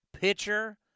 pitcher